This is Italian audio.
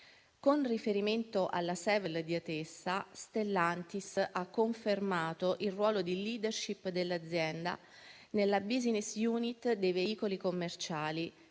Con riferimento alla Sevel di Atessa, Sellantis ha confermato il ruolo di *leadership* dell'azienda nella *businnes* *unit* dei veicoli commerciali